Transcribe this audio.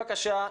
בבקשה,